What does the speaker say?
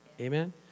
Amen